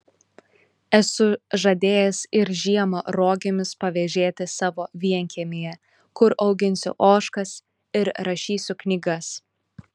esu žadėjęs ir žiemą rogėmis pavėžėti savo vienkiemyje kur auginsiu ožkas ir rašysiu knygas